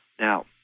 Now